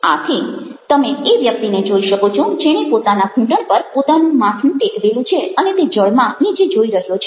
આથી તમે એ વ્યક્તિને જોઇ શકો છો જેણે પોતાના ઘૂંટણ પર પોતાનું માથું ટેકવેલું છે અને તે જળમાં નીચે જોઈ રહ્યો છે